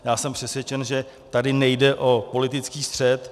Já jsem přesvědčen, že tady nejde o politický střet.